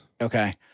Okay